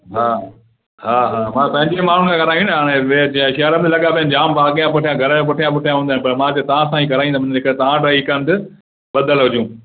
हा हा हा मां तव्हां जे माण्हुनि खां करायूं न हाणे ॿिए जीअं शहर में लॻा पिया आहिनि जाम भई अॻियां पुठियां घर जे पुठियां पुठियां हूंदा आहिनि पर मां चयो तव्हां सां ई कराईंदमि जेकर तव्हां वटि ई हिकु हंधि ॿधियल हुजूं